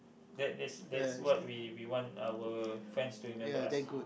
that that's that's what we we want our friend to remember us